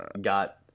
got